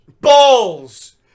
Balls